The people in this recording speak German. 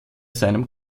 seinem